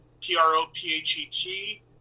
P-R-O-P-H-E-T